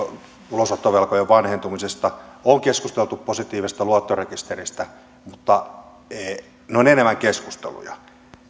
ulosottovelkojen vanhentumisesta on keskusteltu positiivisesta luottorekisteristä mutta ne ovat enemmän keskusteluja